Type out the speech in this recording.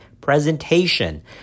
presentation